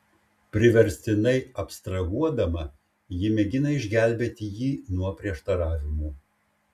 priverstinai abstrahuodama ji mėgina išgelbėti jį nuo prieštaravimų